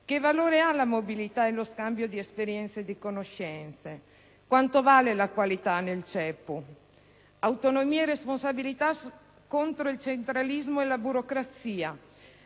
Che valore ha la mobilità e lo scambio di esperienze e di conoscenze? Quanto vale la qualità nel CEPU? Autonomia e responsabilità contro il centralismo e la burocrazia: